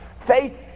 faith